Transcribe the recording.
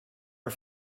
are